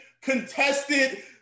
contested